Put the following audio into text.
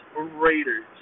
Raiders